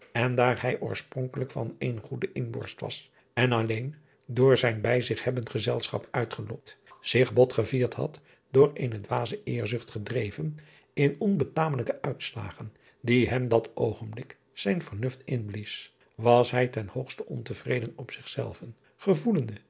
en daar hij oorspronkelijk van eene goede inborst was en alleen door zijn bij zich hebbend gezelschap uitgelokt zich botgevierd had door eene dwaze eerzucht gedreven in onbetamelijke uitslagen die hem dat oogenblik zijn vernuft inblies was hij ten hoogste ontevreden op zichzelven gevoelende